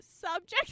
subject